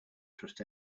trust